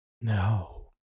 No